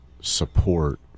support